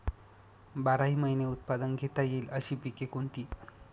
बाराही महिने उत्पादन घेता येईल अशी पिके कोणती?